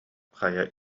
хайа